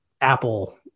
Apple